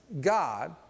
God